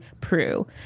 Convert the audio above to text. Prue